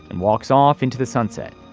and walks off into the sunset